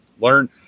Learn